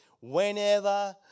whenever